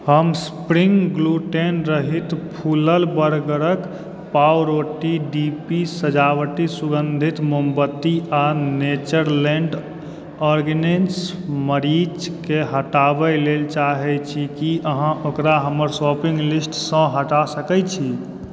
हम spring gluten रहित फूलल बर्गर क पाव रोटी डी पी सजावटी सुगन्धित मोमबत्ती आ नेचरलैण्ड ऑर्गेनिक्स मरीचके हटाबै लेल चाहै छी की अहाँ ओकरा हमर शॉपिङ्ग लिस्ट सँ हटा सकै छी